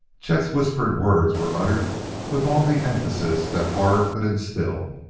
chet's whispered words were uttered with all the emphasis that horror could instill.